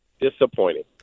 Disappointing